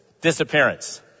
Disappearance